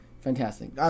fantastic